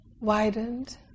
widened